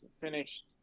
finished